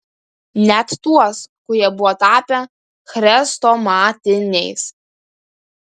net tuos kurie buvo tapę chrestomatiniais